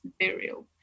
material